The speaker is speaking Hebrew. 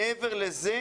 מעבר לכך,